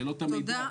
שאלות --- תודה,